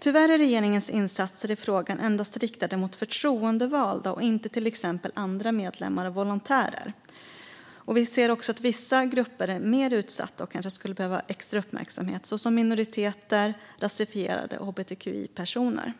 Tyvärr är regeringens insatser i frågan endast riktade mot förtroendevalda och inte till exempel andra medlemmar och volontärer. Vi ser också att vissa grupper är mer utsatta och kanske skulle behöva extra uppmärksamhet, såsom minoriteter, rasifierade och hbtqi-personer.